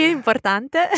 importante